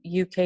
UK